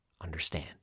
understand